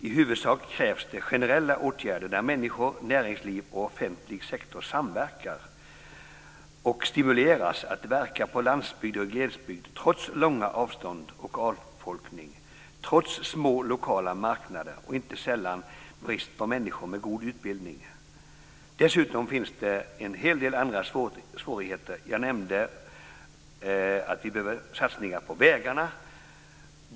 I huvudsak krävs det generella åtgärder där människor, näringsliv och offentlig sektor samverkar och stimuleras att verka på landsbygd och i glesbygd trots långa avstånd och avfolkning, trots små lokala marknader och inte sällan brist på människor med god utbildning. Dessutom finns det en hel del andra svårigheter. Jag nämnde att vi behöver satsningar på vägarna.